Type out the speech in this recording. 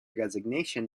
resignation